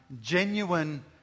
genuine